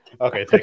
Okay